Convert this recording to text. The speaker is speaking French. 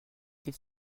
ils